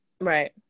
Right